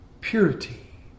purity